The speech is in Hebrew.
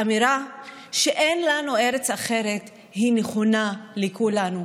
האמירה שאין לנו ארץ אחרת נכונה לכולנו,